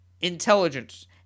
intelligence